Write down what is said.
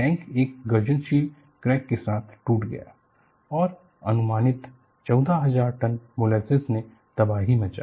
tank एक गर्जनशील crack के साथ टूट गया और अनुमानित 14000 टन मोलेसेस ने तबाही मचाई